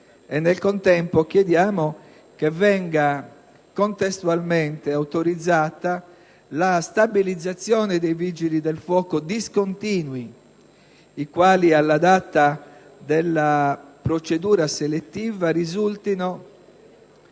chiediamo inoltre che venga contestualmente autorizzata la stabilizzazione dei Vigili del fuoco discontinui, i quali, alla data della procedura selettiva, risultino